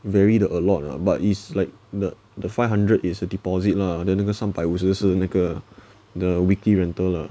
very the a lot lah but is like the the five hundred is a deposit lah then 那个三百五十是那个 the weekly rental lah